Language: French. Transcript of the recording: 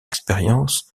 expériences